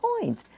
point